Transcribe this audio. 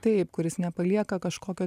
taip kuris nepalieka kažkokio